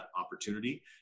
opportunity